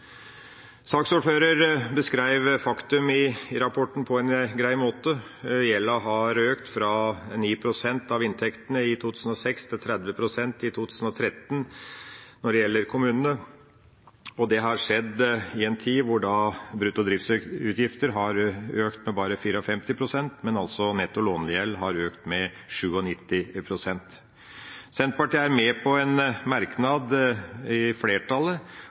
faktum i rapporten på en grei måte. Gjelda har økt fra 9 pst. av inntektene i 2006 til 30 pst. i 2013 når det gjelder kommunene, og det har skjedd i en tid da brutto driftsutgifter har økt med bare 54 pst., mens netto lånegjeld har økt med 97 pst. Senterpartiet er med i en